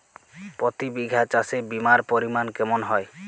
প্রতি বিঘা চাষে বিমার পরিমান কেমন হয়?